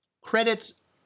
credits